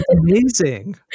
amazing